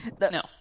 No